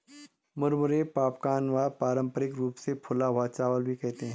मुरमुरे पॉपकॉर्न व पारम्परिक रूप से फूला हुआ चावल भी कहते है